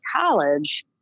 college